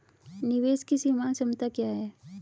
निवेश की सीमांत क्षमता क्या है?